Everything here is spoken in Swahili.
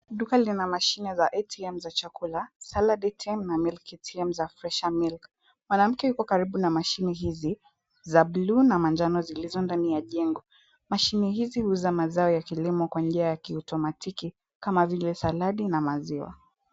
Duka lina mashine za atm za chakula, saladi atm na milk atm za fresha milk , mwanamke yuko karibu na mashine hizi za buluu na manjano zilizo ndani ya jenjo. Mashine hizi uuza mazao ya kilimo kwa njia ya automatiki kama vile saladi na maziwa.